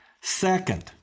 Second